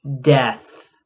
death